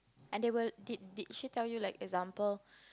under table did did she tell you like example